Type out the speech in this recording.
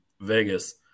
Vegas